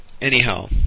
Anyhow